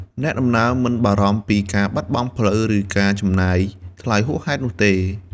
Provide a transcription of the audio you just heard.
អ្នកដំណើរមិនបារម្ភពីការបាត់បង់ផ្លូវ ឬការចំណាយថ្លៃហួសហេតុនោះទេ។